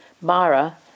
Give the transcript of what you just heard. Mara